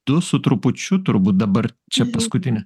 du su trupučiu turbūt dabar čia paskutinė